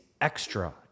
extra